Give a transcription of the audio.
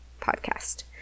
podcast